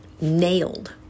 nailed